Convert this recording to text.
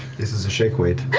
this is a shake weight.